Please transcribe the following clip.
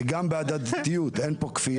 וגם בהדדיות אין פה כפייה,